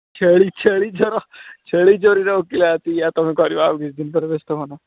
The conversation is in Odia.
ଛେଳି ଛେଳି ଚର ଛେଳି ଚରେଇବେ ଓକିଲାତି ତୁମେ କରିବ ଆଉ କିଛି ଦିନ ପରେ ବେସ୍ତ ହୁଅନା